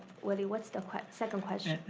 willy, what's the second question?